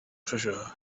treasure